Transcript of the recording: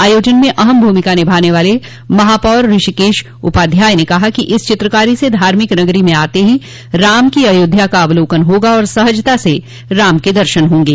आयोजन में अहम भूमिका निभाने वाले महापौर ऋषिकेश उपाध्याय ने कहा कि इस चित्रकारी से धार्मिक नगरी में आते ही राम की अयोध्या का अवलोकन होगा और सहजता से राम के दर्शन होंगे